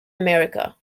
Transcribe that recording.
america